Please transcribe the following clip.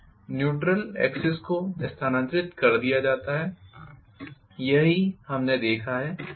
neutral axis को स्थानांतरित कर दिया जाता है यही हमने देखा है